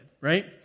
right